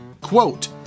Quote